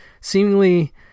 seemingly